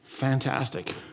fantastic